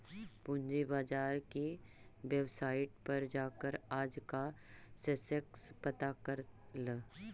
पूंजी बाजार की वेबसाईट पर जाकर आज का सेंसेक्स पता कर ल